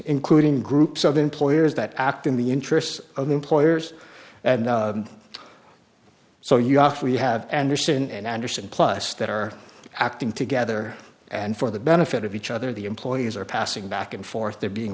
including groups of employers that act in the interests of employers and so you offer you have anderson and anderson plus that are acting together and for the benefit of each other the employees are passing back and forth they're being